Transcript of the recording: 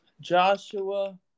Joshua